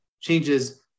changes